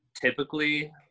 typically